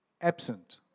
absent